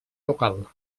local